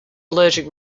allergic